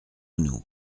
nous